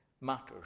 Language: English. matters